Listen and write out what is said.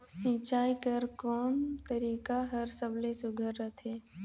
सिंचाई कर कोन तरीका हर सबले सुघ्घर रथे?